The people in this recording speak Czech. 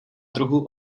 druhu